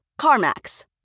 CarMax